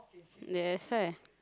that's why